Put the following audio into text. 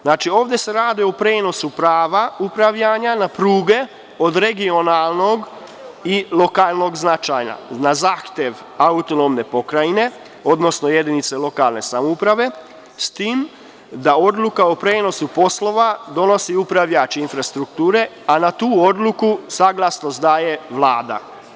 Znači, ovde se radi o prenosu prava upravljanja na pruge od regionalnog i lokalnog značaja, na zahtev AP, odnosno jedinica lokalne samouprave, s tim da odluku o prenosu poslova donosi upravljač infrastrukture, a na tu odluku saglasnost daje Vlada.